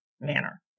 manner